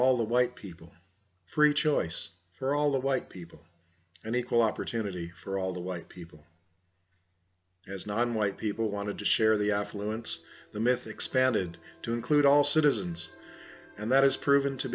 all the white people free choice for all the white people and equal opportunity for all the white people as nonwhite people wanted to share the affluence the myth expanded to include all citizens and that is proven to